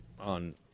on